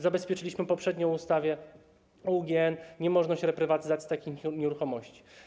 Zabezpieczyliśmy poprzednio w ustawie o UGN niemożność reprywatyzacji takich nieruchomości.